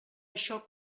això